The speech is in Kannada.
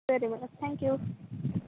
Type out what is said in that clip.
ಸರಿ ಮೇಡಮ್ ಥ್ಯಾಂಕ್ ಯು